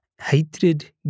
hatred